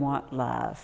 want live